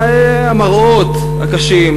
המראות הקשים,